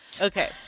Okay